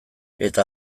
eta